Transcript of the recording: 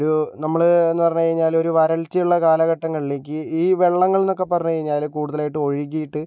ഒരു നമ്മള് എന്ന് പറഞ്ഞുകഴിഞ്ഞാൽ ഒരു വരൾച്ചയുള്ള കാലഘട്ടങ്ങളിൽ ഈ വെള്ളങ്ങളെന്ന് ഒക്കെ പറഞ്ഞുകഴിഞ്ഞാൽ കൂടുതലായിട്ടും ഒഴുകിയിട്ട്